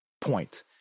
point